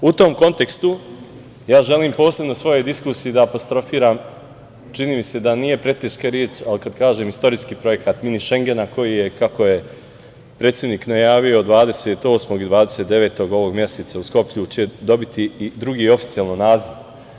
U tom kontekstu želim posebno u svojoj diskusiji da apostrofiram, čini mi se da nije preteška reč ali kad kažem istorijski projekat „mini Šengena“ koji je, kako je predsednik najavio 28. i 29. ovog meseca u Skoplju će dobiti i drugi oficijelni naziv.